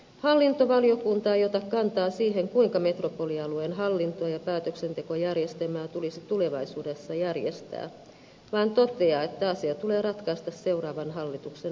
hallintovaliokunta ei ota kantaa siihen kuinka metropolialueen hallinto ja päätöksentekojärjestelmää tulisi tulevaisuudessa järjestää vaan toteaa että asia tulee ratkaista seuraavan hallituksen hallitusohjelmassa